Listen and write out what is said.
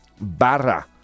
Barra